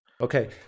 Okay